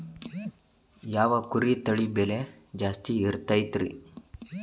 ಯಾವ ಕುರಿ ತಳಿ ಬೆಲೆ ಜಾಸ್ತಿ ಇರತೈತ್ರಿ?